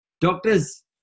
doctors